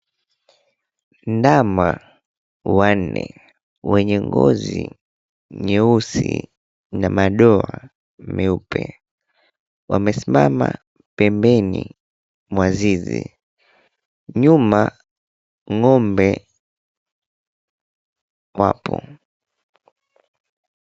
Ndama wanne wenye ngozi nyeusi na madoa meupe wamesimama pembeni mwa zizi nyuma ng'ombe wapo.